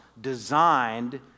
designed